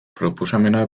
proposamena